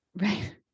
right